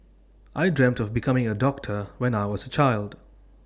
I dreamt of becoming A doctor when I was child